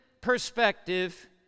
perspective